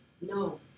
No